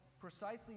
precisely